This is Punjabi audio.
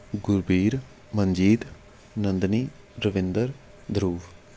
ਗੁਰਬੀਰ ਮਨਜੀਤ ਨੰਦਨੀ ਰਵਿੰਦਰ ਧਰੁਵ